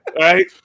right